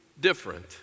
different